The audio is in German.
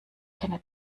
keine